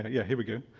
ah yeah, here we go.